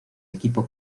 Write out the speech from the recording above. equipo